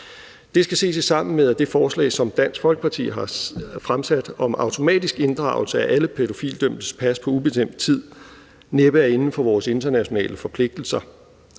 Det skal ses i sammenhæng med, at det forslag, som Dansk Folkeparti har fremsat om automatisk inddragelse af alle pædofilidømtes pas på ubestemt tid, næppe er inden for vores internationale forpligtelser,